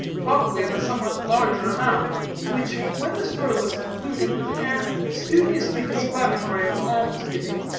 probably of a somewhat larger amount which, when the story was concluded, with an air studiously disclamatory of alms-giving,